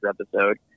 episode